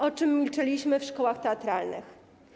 O czym milczeliśmy w szkołach teatralnych”